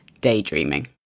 daydreaming